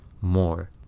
more